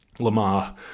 Lamar